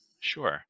Sure